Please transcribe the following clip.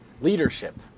Leadership